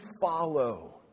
follow